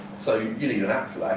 so you need an app for that